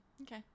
Okay